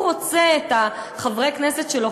הוא רוצה את חברי הכנסת שלו,